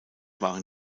waren